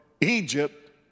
Egypt